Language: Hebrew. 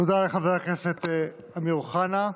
תודה לחבר הכנסת אמיר אוחנה.